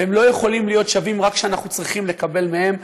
והם לא יכולים להיות שווים רק כשאנחנו צריכים לקבל מהם,